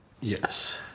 Yes